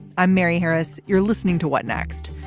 i'm mary harris. you're listening to what next.